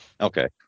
Okay